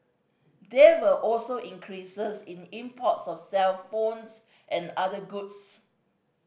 there were also increases in imports of cellphones and other goods